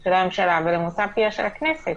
של הממשלה ולמוצא פיה של הכנסת